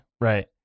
Right